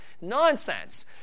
nonsense